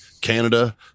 Canada